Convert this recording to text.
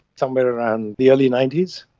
somewhere around the early ninety s.